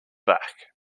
back